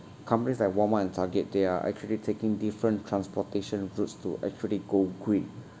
companies like walmart and target they are actually taking different transportation routes to actually go green